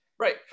Right